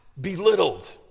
belittled